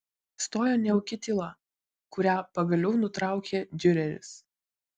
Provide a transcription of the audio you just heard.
stojo nejauki tyla kurią pagaliau nutraukė diureris